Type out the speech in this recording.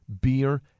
beer